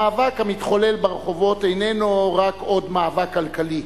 המאבק המתחולל ברחובות איננו רק עוד מאבק כלכלי.